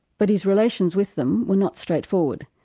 but his relations with them were not straightforward,